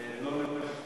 תודה.